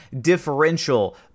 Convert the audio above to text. differential